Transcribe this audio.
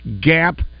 gap